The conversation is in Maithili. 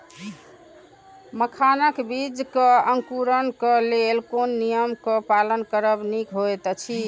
मखानक बीज़ क अंकुरन क लेल कोन नियम क पालन करब निक होयत अछि?